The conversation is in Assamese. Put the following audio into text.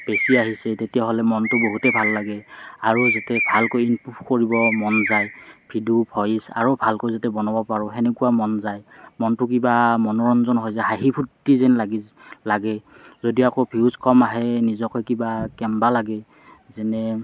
বেছি আহিছে তেতিয়াহ'লে মনটো বহুতেই ভাল লাগে আৰু যেতিয়া ভালকৈ ইমপ্ৰ'ভ কৰিব মন যায় ভিডিঅ' ভইচ আৰু ভালকৈ যাতে বনাব পাৰোঁ হেনেকুৱা মন যায় মনটো কিবা মনোৰঞ্জন হৈ যায় হাঁহি ফুৰ্তি যেন লাগি লাগে যদি আকৌ ভিউজ কম আহে নিজকে কিবা কেনেবা লাগে যেনে